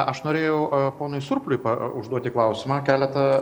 aš norėjau ponui surpliui užduoti klausimą keletą